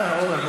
אורן,